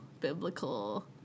biblical